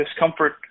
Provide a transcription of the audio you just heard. discomfort